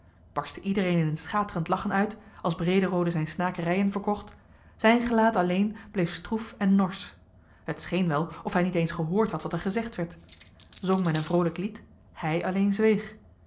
barstte iedereen in een schaterend lachen uit als brederode zijne snakerijen verkocht zijn gelaat alleen bleef stroef en norsch t scheen wel of hij niet eens gehoord had wat er gezegd werd zong men een vroolijk lied hij alleen zweeg